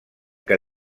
què